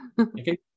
Okay